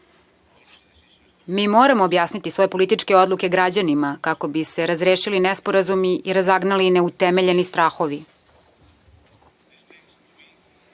Mi moramo objasniti svoje političke odluke građanima kako bi se razrešili nesporazumi i razagnali ne utemeljeni strahovi. Tako